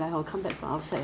还有 placenta 的 hor